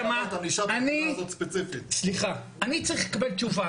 אני צריך לקבל תשובה.